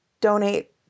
donate